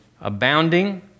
abounding